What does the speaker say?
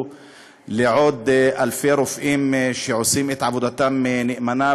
לעוד אלפי רופאים שעושים את עבודתם נאמנה,